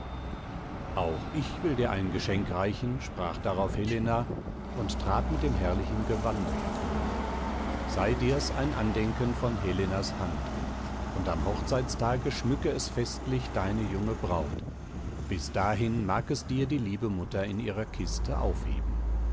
auch ich will dir ein geschenk reichen sprach darauf helena und trat mit dem herrlichen gewande hervor sei dir's ein andenken von helenas hand und am hochzeitstage schmücke es festlich deine junge braut bis dahin mag es dir die liebe mutter in ihrer kiste aufheben